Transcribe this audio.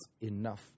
enough